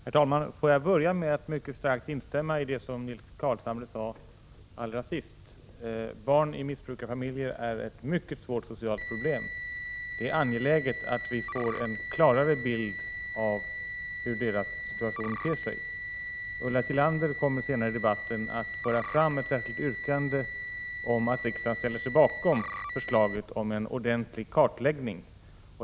Herr talman! Jag vill börja med att mycket starkt instämma i det som Nils Carlshamre sade allra sist, dvs. att barn i missbrukarfamiljer är ett mycket svårt socialt problem och att det är angeläget att få en klarare bild av hur deras situation ter sig. Ulla Tillander kommer senare i debatten att föra fram ett särskilt yrkande om att riksdagen skall ställa sig bakom förslaget om en ordentlig kartläggning.